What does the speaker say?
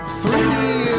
three